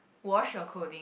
wash your clothing